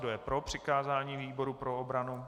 Kdo je pro přikázání výboru pro obranu?